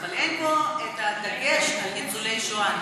אבל אין פה את הדגש על ניצולי שואה,